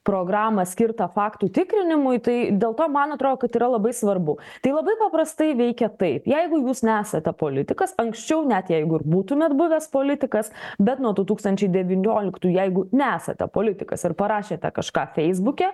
programą skirtą faktų tikrinimui tai dėl to man atro kad yra labai svarbu tai labai paprastai veikia taip jeigu jūs nesate politikas anksčiau net jeigu ir būtumėt buvęs politikas bet nuo du tūkstančiai devynioliktų jeigu nesate politikas ir parašėte kažką feisbuke